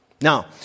Now